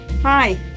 Hi